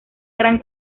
gran